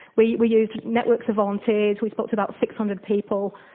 we we used networks of volunteers, we spoke to about six hundred people,